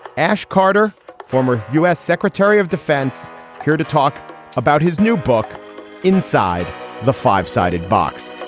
ash carter former u s. secretary of defense here to talk about his new book inside the five sided box